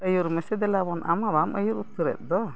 ᱟᱹᱭᱩᱨ ᱢᱮᱥᱮ ᱫᱮᱞᱟ ᱵᱚᱱ ᱟᱢᱢᱟ ᱵᱟᱢ ᱟᱹᱭᱩᱨ ᱩᱛᱟᱹᱨᱮᱫ ᱫᱚ